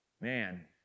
man